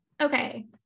okay